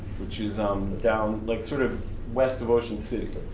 which is um down, like sort of west of ocean city.